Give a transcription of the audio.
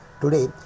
Today